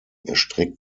erstreckt